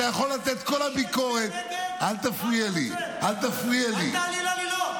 אתה יכול לתת את כל הביקורת --- אל תעליל עלילות.